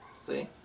see